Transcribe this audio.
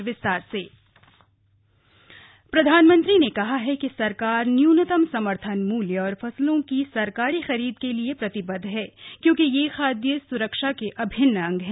विश्व खाद्य दिवस प्रधानमंत्री ने कहा है कि सरकार न्यूनतम समर्थन मूल्य और फसलों की सरकारी खरीद के लिए प्रतिबद्ध हैं क्योंकि ये खाद्य स्रक्षा के अभिन्न अंग है